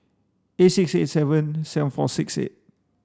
eight six eight seven seven four six eight